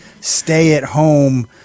stay-at-home